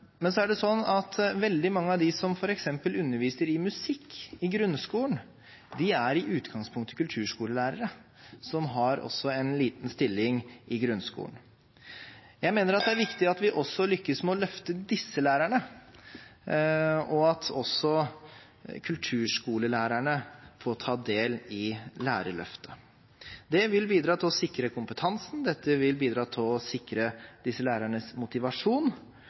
men så er det sånn at veldig mange av dem som underviser i f.eks. musikk i grunnskolen, i utgangspunktet er kulturskolelærere som også har en liten stilling i grunnskolen. Jeg mener at det er viktig at vi også lykkes med å løfte disse lærerne, og at også kulturskolelærerne får ta del i Lærerløftet. Det vil bidra til å sikre kompetansen, det vil bidra til å sikre disse lærernes motivasjon,